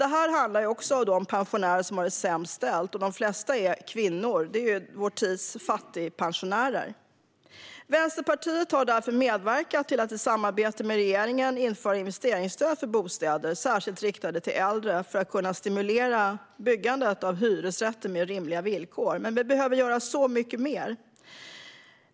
Detta handlar också om de pensionärer som har det sämst ställt, varav de flesta är kvinnor - vår tids fattigpensionärer. Vänsterpartiet har därför medverkat till att i samarbete med regeringen införa investeringsstöd för bostäder särskilt riktade till äldre, för att kunna stimulera byggandet av hyresrätter med rimliga villkor. Men vi behöver göra mycket mer.